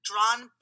drawn